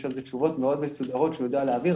יש על זה תשובות מאוד מסודרות שהוא יודע להעביר.